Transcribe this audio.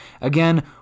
Again